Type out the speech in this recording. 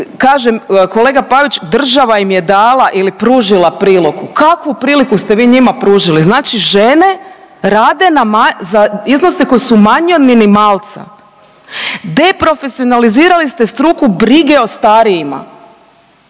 kažem kolega Pavić država im je dala ili pružila priliku. Kakvu priliku ste vi njima pružili? Znači žene rade za iznose koji su manji od minimalca. Deprofesionalizirali ste struku brige o starijima.